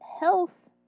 health